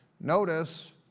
Notice